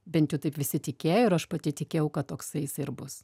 bent jau taip visi tikėjo ir aš pati tikėjau kad toksai jisai ir bus